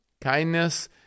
kindness